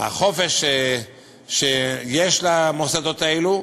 החופש שיש למוסדות האלה,